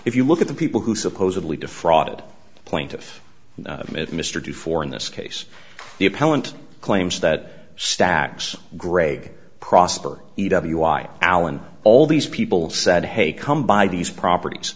if you look at the people who supposedly defrauded plaintiff mr du four in this case the appellant claims that stacks greg prosper the w i alan all these people said hey come by these properties